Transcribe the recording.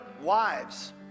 wives